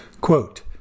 Quote